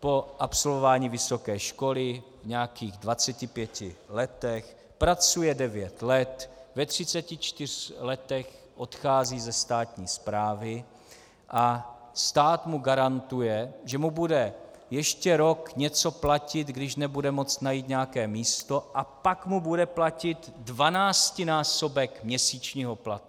po absolvování vysoké školy v nějakých 25 letech, pracuje 9 let, ve 34 letech odchází ze státní správy a stát mu garantuje, že mu bude ještě rok něco platit, když nebude moct najít nějaké místo, a pak mu bude platit 12násobek měsíčního platu.